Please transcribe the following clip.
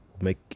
make